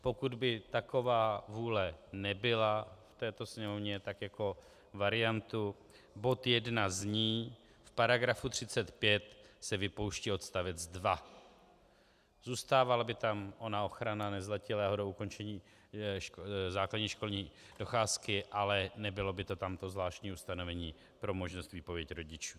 Pokud by taková vůle nebyla v této Sněmovně, tak jako variantu bod 1 zní: V § 35 se vypouští odstavec 2. Zůstávala by tam ona ochrana nezletilého do ukončení základní školní docházky, ale nebylo by to tam, to zvláštní ustanovení, pro možnost výpověď rodičů.